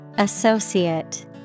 Associate